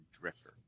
Drifter